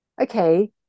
okay